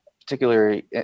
particularly